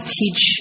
teach